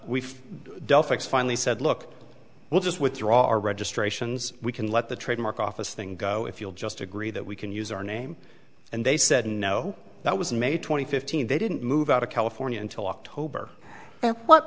we've finally said look we'll just withdraw our registrations we can let the trademark office thing go if you'll just agree that we can use our name and they said no that was in may twenty fifteen they didn't move out of california until october at what